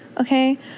Okay